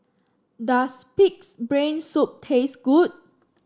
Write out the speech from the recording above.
does pig's brain soup taste good